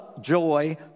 joy